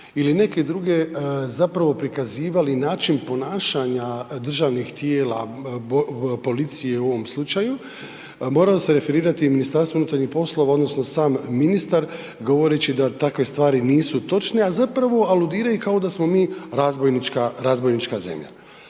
ili neke druge prikazivali način ponašanja državnih tijela policije u ovom slučaju, moralo se referirati MUP odnosno sam ministar govoreći da takve stvari nisu točne, a zapravo aludiraju kao da smo mi razbojnička zemlja.